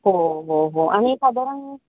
हो हो हो आणि साधारण